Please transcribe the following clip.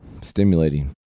Stimulating